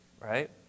right